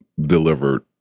delivered